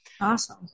Awesome